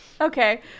Okay